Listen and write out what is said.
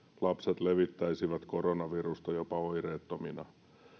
lapset levittäisivät koronavirusta jopa oireettomina